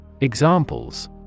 Examples